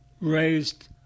raised